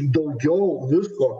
daugiau visko